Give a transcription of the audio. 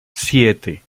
siete